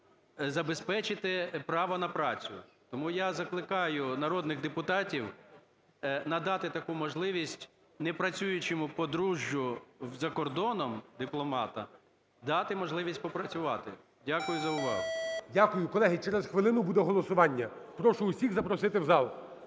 забезпечити право на працю. Тому я закликаю народних депутатів надати таку можливість непрацюючому подружжю за кордоном, дипломата, дати можливість попрацювати. Дякую за увагу. ГОЛОВУЮЧИЙ. Дякую. Колеги, через хвилину буде голосування. Прошу усіх запросити в зал.